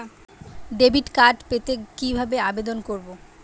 Debit card পেতে কিভাবে আবেদন করব?